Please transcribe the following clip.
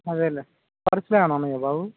అదే పర్సులో ఏమైన్నా ఉన్నాయా బాబు